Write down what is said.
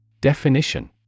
Definition